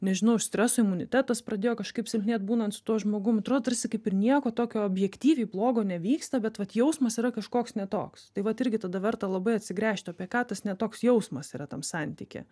nežinau iš streso imunitetas pradėjo kažkaip silpnėt būnant su tuo žmogum atrodo tarsi kaip ir nieko tokio objektyviai blogo nevyksta bet vat jausmas yra kažkoks netoks tai vat irgi tada verta labai atsigręžti o apie ką tas ne toks jausmas yra tam santyky